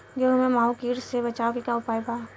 गेहूँ में माहुं किट से बचाव के का उपाय बा?